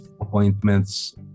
appointments